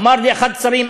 אמר לי אחד השרים,